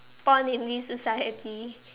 born in this society